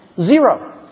Zero